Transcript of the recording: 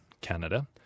Canada